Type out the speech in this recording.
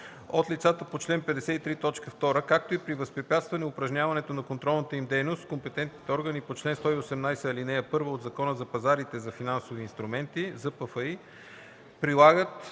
от лицата по чл. 53, т. 2, както и при възпрепятстване упражняването на контролната им дейност компетентните органи по чл. 118, ал. 1 от Закона за пазарите за финансови инструменти (ЗПФИ) прилагат